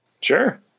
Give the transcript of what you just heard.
Sure